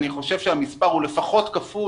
אני חושב שהמספר הוא לפחות כפול,